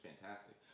fantastic